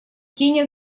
кения